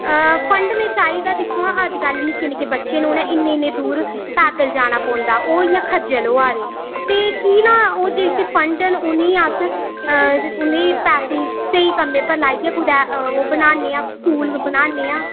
fund में चाहिदा हा दिक्खो आं अजकल निक्के निक्के बच्चे न उ'नें इन्ने इन्ने दूर पैदल जाना पौंदा ओह् इ'यां खज्जल होआ दे ते की ना ओह् जेह्के फंड न उ'नें ई अस उनें ई पैसे ईं स्हेई कम्में पर लाइयै कुतै ओह् बनान्ने आं स्कूल बनान्ने आं